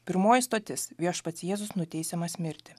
pirmoji stotis viešpats jėzus nuteisiamas mirti